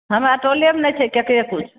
हमरा टोलेमे नहि छै केकेरे किछु